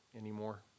anymore